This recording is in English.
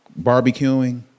barbecuing